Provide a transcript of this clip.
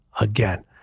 again